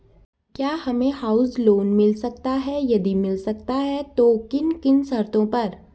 क्या हमें house loan मिल सकता है यदि मिल सकता है तो किन किन शर्तों पर?